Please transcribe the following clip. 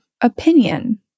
opinion